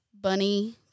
bunny